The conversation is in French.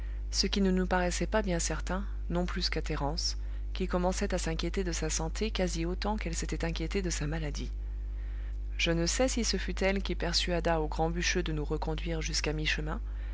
ce qui ne nous paraissait pas bien certain non plus qu'à thérence qui commençait à s'inquiéter de sa santé quasi autant qu'elle s'était inquiétée de sa maladie je ne sais si ce fut elle qui persuada au grand bûcheux de nous reconduire jusqu'à mi-chemin